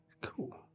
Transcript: Cool